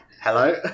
hello